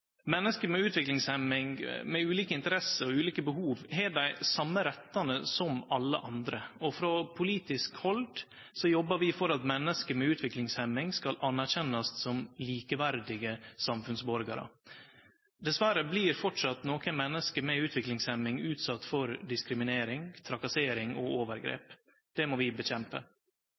Menneske med utviklingshemming, med ulike interesser og ulike behov, har dei same rettane som alle andre. Frå politisk hald jobbar vi for at menneske med utviklingshemming skal anerkjennast som likeverdige samfunnsborgarar. Dessverre blir framleis nokre menneske med utviklingshemming utsette for diskriminering, trakassering og overgrep. Det må vi